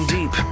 Deep